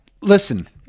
listen